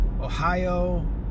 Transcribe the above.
Ohio